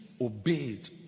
obeyed